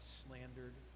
slandered